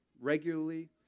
regularly